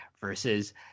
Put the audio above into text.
versus